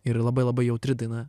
ir ji labai labai jautri daina